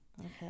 Okay